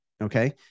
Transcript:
Okay